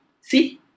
see